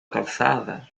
calçada